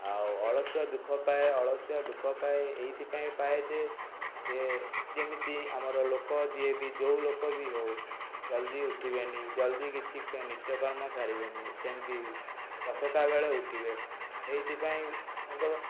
ଆଉ ଅଳସୁଆ ଦୁଃଖପାଏ ଅଳସୁଆ ଦୁଃଖପାଏ ଏଇଥିପାଇଁ ପାଏ ଯେ ସିଏ ଯେମିତି ଆମର ଲୋକ ଯିଏ ବି ଯୋଉଲୋକ ବି ହେଉ ଜଲ୍ଦି ଉଠିବେନି ଜଲ୍ଦି କିଛି ନିତ୍ୟକର୍ମ ସାରିବେନି ସେମିତି ଦଶଟାବେଳେ ଉଠିବେ ସେଇଥିପାଇଁ ତାଙ୍କ